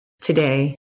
today